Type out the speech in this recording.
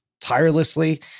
tirelessly